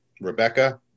Rebecca